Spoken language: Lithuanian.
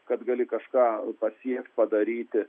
kad gali kažką pasiekt padaryti